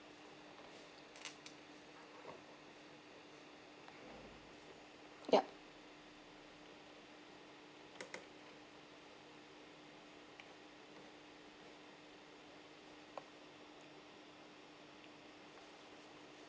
yup